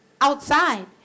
outside